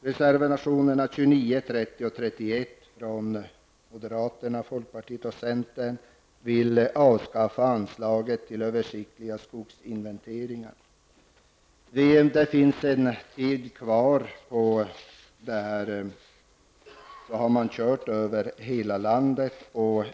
Reservationerna 29, 30 och 31, från moderaterna, folkpartiet och centern, vill avskaffa anslaget till översiktliga skogsinventeringar. Det finns tid kvar på detta och man har gjort det över hela landet.